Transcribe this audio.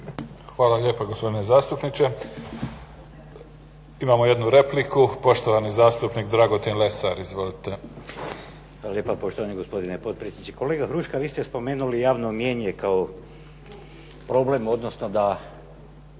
Hvala lijepo gospodine zastupniče. Imamo jednu repliku. Poštovani zastupnik Dragutin Lesar, izvolite. **Lesar, Dragutin (Nezavisni)** Hvala lijepa poštovani gospodine potpredsjedniče. Kolega Huška vi ste spomenuli javno mnijenje kao problem odnosno da